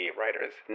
writer's